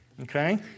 okay